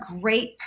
great